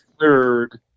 third –